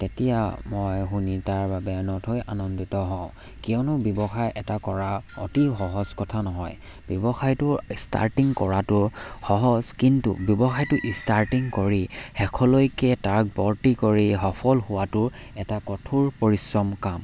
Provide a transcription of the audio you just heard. তেতিয়া মই শুনি তাৰ বাবে নথৈ আনন্দিত হওঁ কিয়নো ব্যৱসায় এটা কৰা অতি সহজ কথা নহয় ব্যৱসায়টো ষ্টাৰ্টিং কৰাটো সহজ কিন্তু ব্যৱসায়টো ষ্টাৰ্টিং কৰি শেষলৈকে তাক বৰ্তি কৰি সফল হোৱাটো এটা কঠোৰ পৰিশ্ৰম কাম